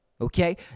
Okay